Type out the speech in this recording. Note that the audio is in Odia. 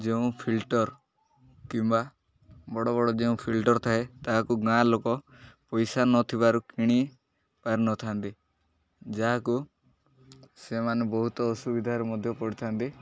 ଯେଉଁ ଫିଲ୍ଟର କିମ୍ବା ବଡ଼ ବଡ଼ ଯେଉଁ ଫିଲ୍ଟର ଥାଏ ତାହାକୁ ଗାଁ ଲୋକ ପଇସା ନଥିବାରୁ କିଣି ପାରିନଥାନ୍ତି ଯାହାକୁ ସେମାନେ ବହୁତ ଅସୁବିଧାରେ ମଧ୍ୟ ପଡ଼ିଥାନ୍ତି